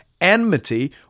enmity